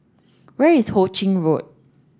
where is Ho Ching Road